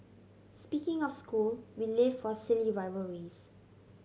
speaking of school we live for silly rivalries